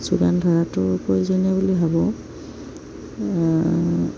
যোগান ধৰাটো প্ৰয়োজনীয় বুলি ভাবোঁ